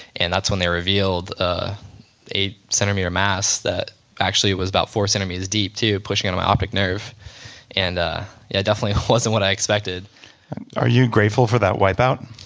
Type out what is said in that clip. and that's when they revealed the ah eight centimeter mass that actually was about four centimeters deep too pushing on my optic nerve and ah yeah definitely wasn't what i expected are you grateful for that wipe out?